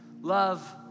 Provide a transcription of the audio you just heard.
Love